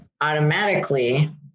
automatically